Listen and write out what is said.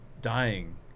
dying